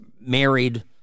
married